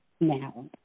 now